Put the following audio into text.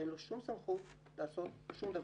אין לו שום סמכות לעשות שום דבר.